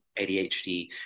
ADHD